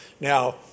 Now